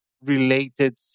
related